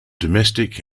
domestic